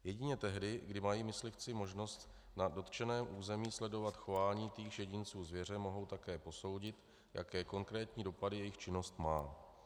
Jedině tehdy, kdy mají myslivci na dotčeném území sledovat chování týchž jedinců zvěře, mohou také posoudit, jaké konkrétní dopady jejich činnost má.